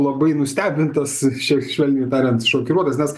labai nustebintas šve švelniai tariant šokiruotas nes